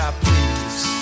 please